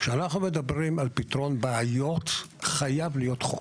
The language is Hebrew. כשאנחנו מדברים על פתרון בעיות, חייב להיות חוק.